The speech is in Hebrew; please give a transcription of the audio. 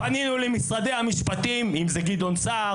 פנינו למשרדי המשפטים אם זה גדעון סער